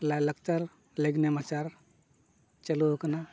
ᱞᱟᱭᱼᱞᱟᱠᱪᱟᱨ ᱞᱮᱜᱼᱱᱮᱢᱟᱪᱟᱨ ᱪᱟᱹᱞᱩ ᱟᱠᱟᱱᱟ